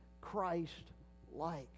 christ-like